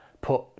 put